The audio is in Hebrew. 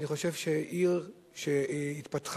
אני חושב שהעיר התפתחה,